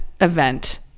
event